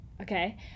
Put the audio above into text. Okay